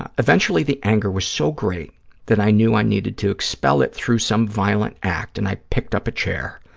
ah eventually the anger was so great that i knew i needed to expel it through some violent act, and i picked up a chair.